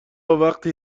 وقتی